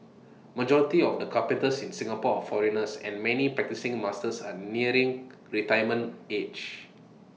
majority of the carpenters in Singapore are foreigners and many practising masters are nearing retirement age